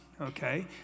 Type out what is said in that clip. okay